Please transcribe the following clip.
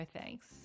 thanks